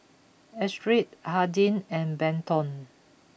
Astrid Hardin and Benton